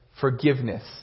forgiveness